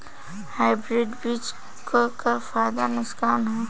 Hybrid बीज क का फायदा नुकसान ह?